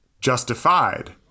Justified